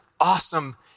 awesome